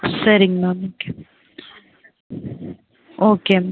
சேரிங்க ma'am okay